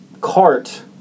cart